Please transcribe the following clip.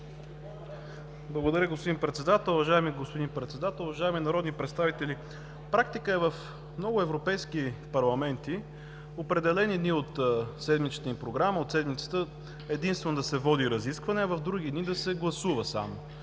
Уважаеми господин Председател, уважаеми народни представители! Практика е в много европейски парламенти в определени дни от седмицата единствено да се води разискване, а в други дни да се гласува само